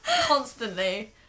constantly